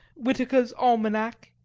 whitaker's almanac,